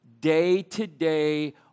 day-to-day